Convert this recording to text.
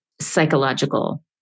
psychological